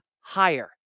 higher